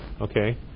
Okay